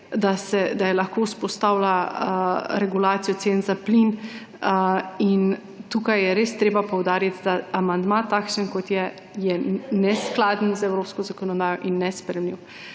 da je lahko vzpostavila regulacijo cen za plin. Tukaj je res treba poudariti, da amandma, takšen, kot je, je neskladen z evropsko zakonodajo in nesprejemljiv.